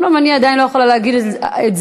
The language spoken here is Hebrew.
אומנם אני עדיין לא יכולה להגיד את זה,